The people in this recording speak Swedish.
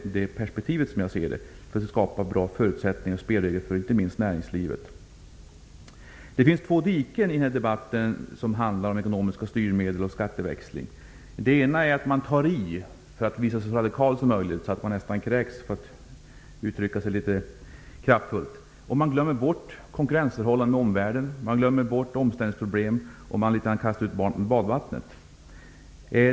Det är det perspektivet som det handlar om när det gäller att skapa bra förutsättningar och spelregler för näringslivet. Det finns två diken i debatten om ekonomiska styrmedel och skatteväxling. Det ena är att man tar i så att man nästan kräks för att visa sig så radikal som möjligt, för att uttrycka sig litet kraftfullt. Man glömmer konkurrensförhållanden i omvärlden och omställningsproblem. Man kastar ut barnet med badvattnet.